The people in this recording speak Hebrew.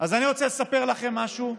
אז אני רוצה לספר לכם משהו.